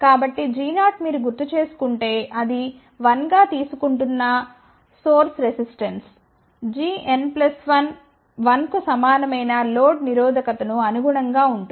కాబట్టి g0 మీరు గుర్తుచేసుకుంటే అది 1 గా తీసుకుంటున్న మూల నిరోధకత gn 1 1 కు సమానమైన లోడ్ నిరోధకతకు అనుగుణంగా ఉంటుంది